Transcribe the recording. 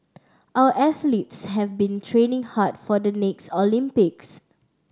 our athletes have been training hard for the next Olympics